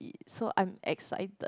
so I'm excited